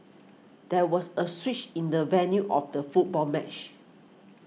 there was a switch in the venue of the football match